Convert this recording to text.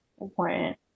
important